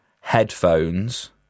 headphones